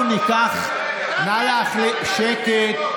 שקט.